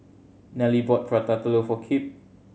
Nelly bought Prata Telur for Kipp